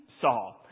saw